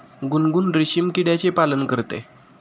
गुनगुन रेशीम किड्याचे पालन करते